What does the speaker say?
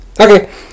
Okay